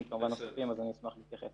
חברים, תתעוררו, זה לא יכול לעבוד ככה.